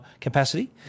capacity